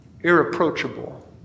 irreproachable